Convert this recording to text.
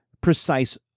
precise